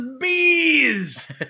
bees